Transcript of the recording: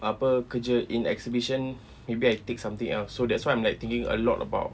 apa kerja in exhibition maybe I take something else so that's why I'm like thinking a lot about